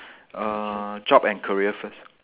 uh job and career first